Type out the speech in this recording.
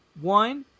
one